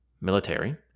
military